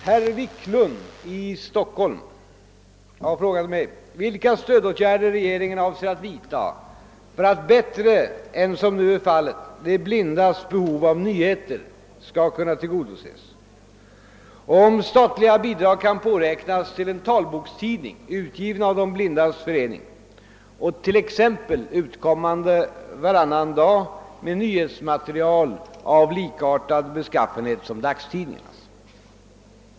Herr Wiklund i Stockholm har frågat mig vilka stödåtgärder regeringen avser att vidta för att bättre än som nu är fallet de blindas behov av nyheter skall kunna tillgodoses och om statliga bidrag kan påräknas till en »talbokstidning» utgiven av De blindas förening och t.ex. utkommande varannan dag med nyhetsmaterial av likartad beskaffenhet som dagstidningarnas.